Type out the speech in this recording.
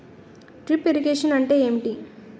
Drip irrigation అంటే ఏమిటి?